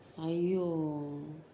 !aiyo!